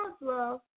love